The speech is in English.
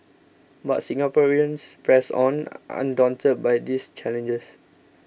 but Singaporeans pressed on undaunted by these challenges